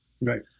Right